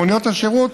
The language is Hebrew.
מוניות השירות